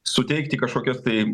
suteikti kažkokias tai